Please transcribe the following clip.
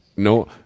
No